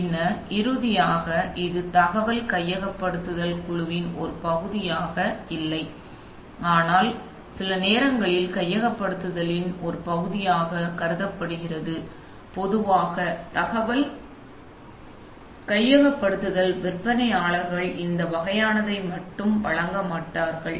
பின்னர் இறுதியாக இது தகவல் கையகப்படுத்தல் குழுவின் ஒரு பகுதியாக இல்லை ஆனால் சில நேரங்களில் கையகப்படுத்துதலின் ஒரு பகுதியாக கருதப்படுகிறது ஏனெனில் பொதுவாக தகவல் கையகப்படுத்தல் விற்பனையாளர்கள் இந்த வகையானதை மட்டும் வழங்க மாட்டார்கள்